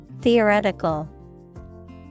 Theoretical